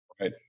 Right